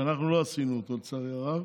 שאנחנו לא עשינו אותו, לצערי הרב.